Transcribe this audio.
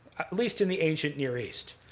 at least in the ancient near east.